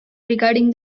regarding